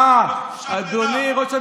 אדוני היושב-ראש,